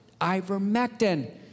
ivermectin